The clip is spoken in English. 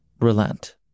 relent